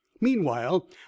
Meanwhile